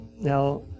now